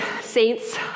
saints